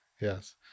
Yes